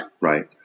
right